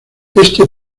este